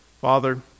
Father